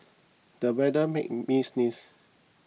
the weather made me sneeze